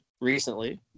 recently